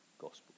gospel